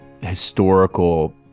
historical